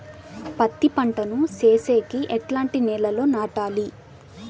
పత్తి పంట ను సేసేకి ఎట్లాంటి నేలలో నాటాలి?